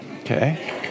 okay